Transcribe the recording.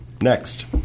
next